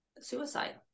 suicide